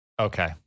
Okay